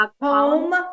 home